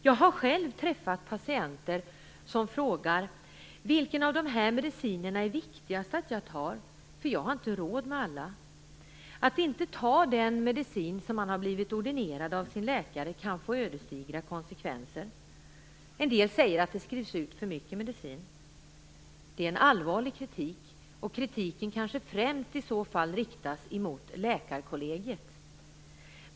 Jag har själv träffat patienter som frågar: Vilken av de här medicinerna är det viktigast att jag tar? Jag har inte råd med alla. Att inte ta den medicin som man har blivit ordinerad av sin läkare kan få ödesdigra konsekvenser. En del säger att det skrivs ut för mycket medicin. Det är en allvarlig kritik. Den riktas kanske främst i så fall mot läkarkollegiet.